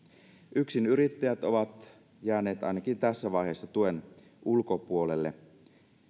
yksinyrittäjät ovat jääneet ainakin tässä vaiheessa tuen ulkopuolelle